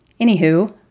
Anywho